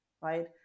right